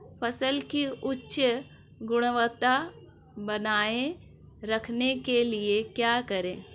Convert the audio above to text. फसल की उच्च गुणवत्ता बनाए रखने के लिए क्या करें?